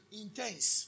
intense